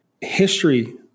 history